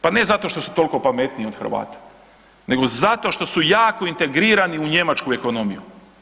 Pa ne zato što su toliko pametniji od Hrvata nego zato što su jako integrirani u njemačku ekonomiju.